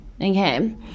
okay